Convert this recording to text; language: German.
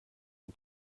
den